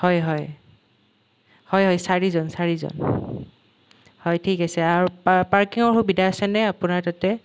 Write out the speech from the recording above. হয় হয় হয় হয় চাৰিজন চাৰিজন হয় ঠিক আছে আৰু পাৰ্ক পাৰ্কিঙৰ সুবিধা আছেনে আপোনাৰ তাতে